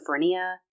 schizophrenia